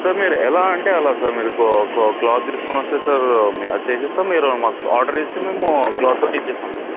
sir మీరు ఎలా అంటే అలా సార్ మీరు క్లాత్ తీసుకొని వస్తే సార్ మే అది చేస్తాం మీరు మాకు ఆర్డర్ ఇస్తే మేము క్లాత్తో ఇస్తాం సార్